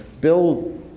Bill